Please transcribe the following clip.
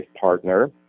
partner